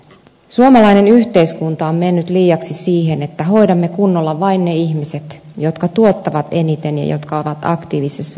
suomalainen yhteiskunta on mennyt liiaksi siihen että hoidamme kunnolla vain ne ihmiset jotka tuottavat eniten ja jotka ovat aktiivisessa työiässä